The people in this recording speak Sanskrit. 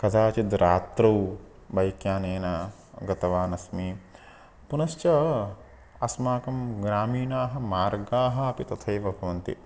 कदाचित् रात्रौ बैक् यानेन गतवानस्मि पुनश्च अस्माकं ग्रामीणाः मार्गाः अपि तथैव भवन्ति